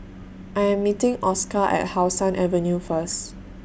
I Am meeting Oscar At How Sun Avenue First